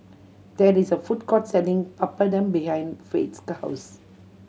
there is a food court selling Papadum behind Fate's house